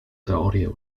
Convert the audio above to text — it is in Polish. teorię